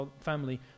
family